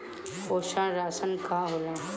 पोषण राशन का होला?